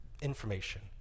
information